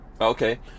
Okay